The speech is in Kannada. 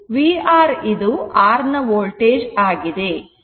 vR ಇದು R ನ ವೋಲ್ಟೇಜ್ ಆಗಿದೆ